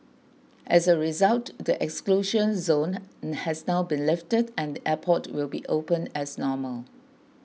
as a result the exclusion zone has now been lifted and the airport will be open as normal